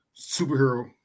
superhero